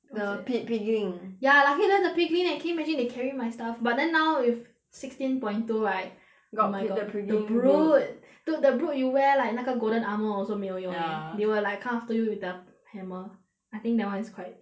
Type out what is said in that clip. what's that the pi～ piglin ya luckily you know the piglin leh can you imagine they carry my stuff but then now with sixteen point two right oh my god got the piglin brute the brute dude the brute you wear like 那个 golden armour also 没有用 ya they will like come to you with the hammer I think that [one] is quite